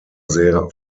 sehr